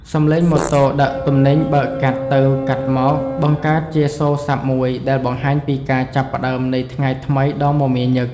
សម្លេងម៉ូតូដឹកទំនិញបើកកាត់ទៅកាត់មកបង្កើតជាសូរសព្ទមួយដែលបង្ហាញពីការចាប់ផ្ដើមនៃថ្ងៃថ្មីដ៏មមាញឹក។